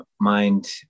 mind